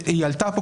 שהיא כבר עלתה פה,